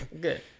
Good